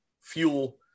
fuel